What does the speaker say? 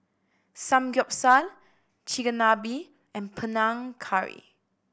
Samgyeopsal Chigenabe and Panang Curry